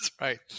right